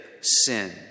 sin